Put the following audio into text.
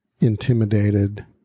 intimidated